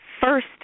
first